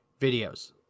videos